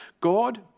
God